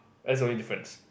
that's the only difference